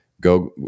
go